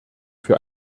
für